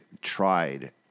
tried